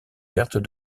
vertes